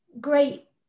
great